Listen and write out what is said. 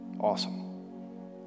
Awesome